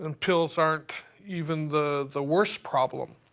and pills aren't even the the worst problem.